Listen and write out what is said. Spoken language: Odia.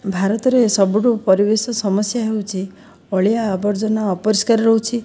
ଭାରତରେ ସବୁଠୁ ପରିବେଶ ସମସ୍ୟା ହେଉଛି ଅଳିଆ ଆବର୍ଜନା ଅପରିଷ୍କାର ରହୁଛି